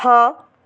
हाँ